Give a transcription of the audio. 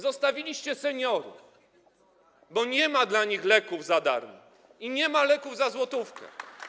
Zostawiliście seniorów, bo nie ma dla nich leków za darmo i nie ma leków za złotówkę.